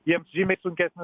jiems žymiai sunkesnis